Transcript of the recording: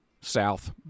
South